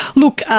look,